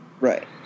Right